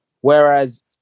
Whereas